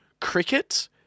cricket